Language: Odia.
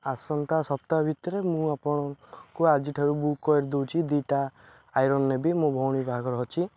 ଆସନ୍ତା ସପ୍ତାହ ଭିତରେ ମୁଁ ଆପଣଙ୍କୁ ଆଜିଠାରୁ ବୁକ୍ କରିଦେଉଛି ଦୁଇଟା ଆଇରନ୍ ନେବି ମୋ ଭଉଣୀ ବାହାଘର ଅଛି